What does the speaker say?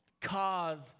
cause